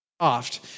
soft